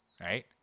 right